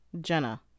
Jenna